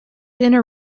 inner